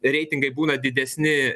reitingai būna didesni